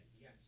yes